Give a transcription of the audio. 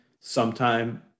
sometime